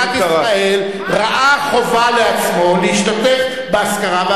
נשיא מדינת ישראל ראה חובה לעצמו להשתתף באזכרה,